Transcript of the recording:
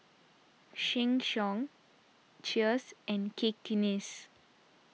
Sheng Siong Cheers and Cakenis